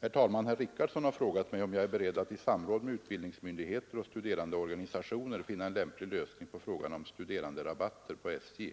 Herr talman! Herr Richardson har frågat mig om jag är beredd att i samråd med utbildningsmyndigheter och studerandeorganisationer finna en lämplig lösning på frågan om studeranderabatter på SJ.